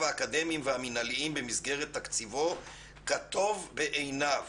האקדמיים והמינהליים במסגרת תקציבו כטוב בעיניו